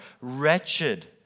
wretched